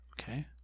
Okay